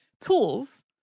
tools